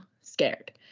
scared